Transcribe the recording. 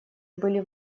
были